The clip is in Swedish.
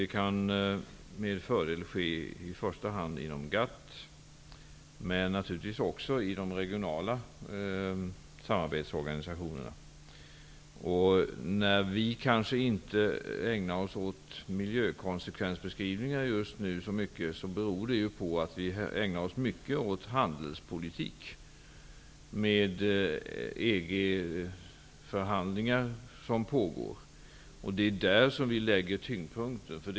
Det kan med fördel ske i första hand inom GATT, men även i de regionala samarbetsorganisationerna. Vi kanske inte ägnar oss så mycket åt miljökonsekvensbeskrivningar just nu. Det beror på att vi ägnar oss mycket åt handelspolitik genom de EG-förhandlingar som pågår. Det är där vi lägger tyngdpunkten.